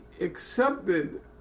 accepted